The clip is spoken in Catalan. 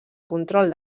control